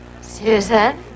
Susan